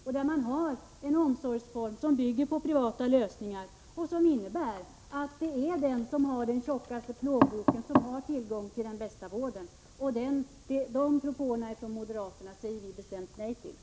USA, där man har en omsorgsform som bygger på privata lösningar och som innebär att den som har den tjockaste plånboken har tillgång till den bästa vården. Sådana propåer från moderaterna säger vi bestämt nej till.